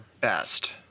best